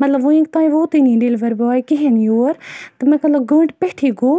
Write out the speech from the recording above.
مَطلَب ونیُک تانۍ ووتٕے نہٕ یہِ ڈیٚلِوَر باے کِہِیٖنۍ یور تہٕ مَطلَب گٲنٛٹہٕ پیٚٹھی گوٚو